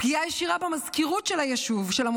פגיעה ישירה במזכירות של המושב.